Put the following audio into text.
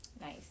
Nice